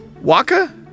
Waka